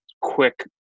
quick